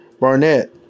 Barnett